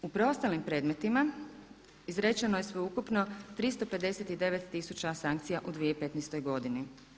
U preostalim predmetima izrečeno je sveukupno 359 tisuća sankcija u 2015. godini.